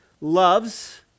loves